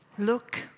Look